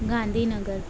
Gandhinagar